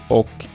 och